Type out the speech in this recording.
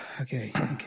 Okay